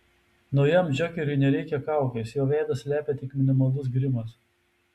naujam džokeriui nereikia kaukės jo veidą slepia tik minimalus grimas